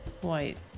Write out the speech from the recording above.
white